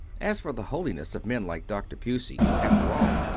as for the holiness of men like dr. pusey after all,